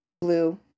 blue